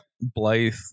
Blythe